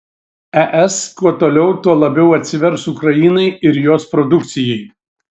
es kuo toliau tuo labiau atsivers ukrainai ir jos produkcijai